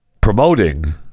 promoting